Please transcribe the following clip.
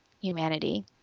humanity